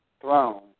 throne